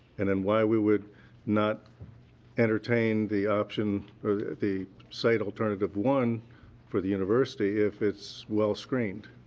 and and why we would not entertain the option, or the site alternative one for the university if it's well screened?